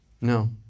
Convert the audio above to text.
no